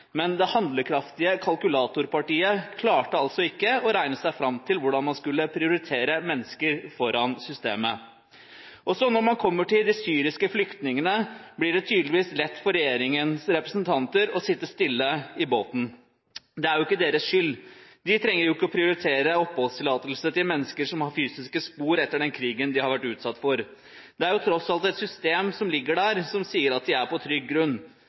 Men det handlekraftige kalkulatorpartiet klarte altså ikke å regne seg fram til hvordan man skulle prioritere mennesker foran systemet. Også når man kommer til de syriske flyktningene, blir det tydeligvis lett for regjeringens representanter å sitte stille i båten. Det er ikke deres skyld. De trenger jo ikke å prioritere oppholdstillatelse til mennesker som har fysiske spor etter den krigen de har vært utsatt for. Det er tross alt et system som ligger der, som sier at de er på trygg grunn.